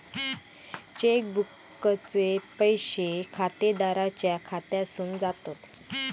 check बुकचे पैशे खातेदाराच्या खात्यासून जातत